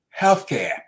healthcare